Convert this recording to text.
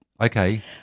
Okay